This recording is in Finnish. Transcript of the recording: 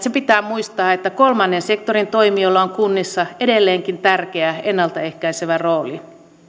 se pitää muistaa että kolmannen sektorin toimijoilla on kunnissa edelleenkin tärkeä ennalta ehkäisevä rooli